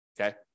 okay